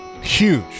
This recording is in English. huge